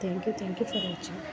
thank you thank you so much